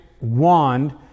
wand